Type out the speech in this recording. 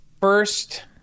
first